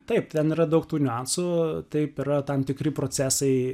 taip ten yra daug tų niuansų taip yra tam tikri procesai